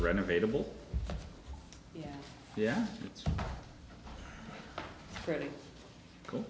renovated both yeah it's pretty cool